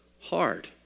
Hard